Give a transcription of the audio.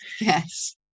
Yes